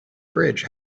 bridge